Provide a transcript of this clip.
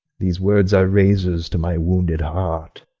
these words are razors to my wounded heart.